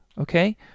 okay